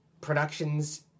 productions